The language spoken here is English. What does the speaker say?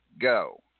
go